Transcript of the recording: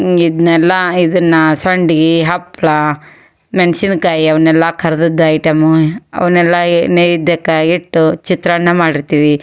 ಇದನ್ನೆಲ್ಲ ಇದನ್ನು ಸಂಡ್ಗೆ ಹಪ್ಪಳ ಮೆಣ್ಶಿನ್ಕಾಯಿ ಅವನ್ನೆಲ್ಲ ಕರ್ದದ್ದು ಐಟಮ್ಮು ಅವನ್ನೆಲ್ಲ ಎ ನೈವೇದ್ಯಕ್ಕೆ ಇಟ್ಟು ಚಿತ್ರಾನ್ನ ಮಾಡಿರ್ತೀವಿ